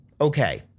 Okay